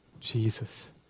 Jesus